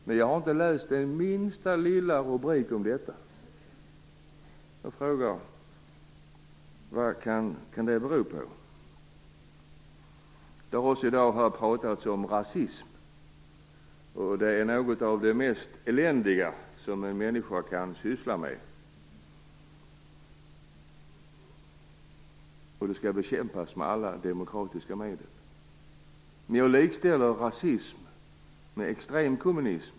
Men jag har inte läst den minsta lilla rubrik om detta. Vad kan det beror på? Det har också pratats om rasism här i dag. Det är något av det mest eländiga som en människa kan syssla med, och det skall bekämpas med alla demokratiska medel. Jag likställer rasism med extremkommunism.